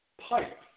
pipe